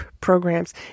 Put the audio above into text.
programs